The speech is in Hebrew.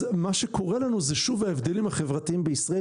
אז מה שקורה לנו זה שוב ההבדלים החברתיים בישראל,